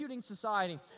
society